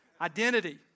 identity